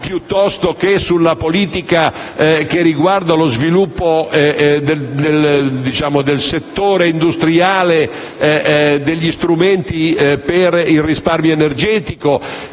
piuttosto che sulla politica riguardante lo sviluppo del settore industriale e degli strumenti per il risparmio energetico.